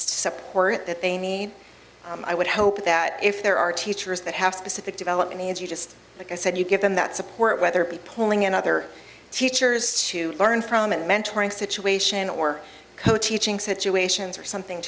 support that they need i would hope that if there are teachers that have specific developed me as you just like i said you give them that support whether it be pulling in other teachers to learn from and mentoring situation or so teaching situations or something